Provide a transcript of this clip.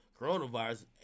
coronavirus